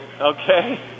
Okay